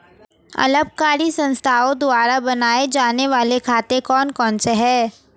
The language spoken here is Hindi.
अलाभकारी संस्थाओं द्वारा बनाए जाने वाले खाते कौन कौनसे हैं?